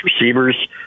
Receivers